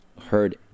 heard